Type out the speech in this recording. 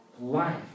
life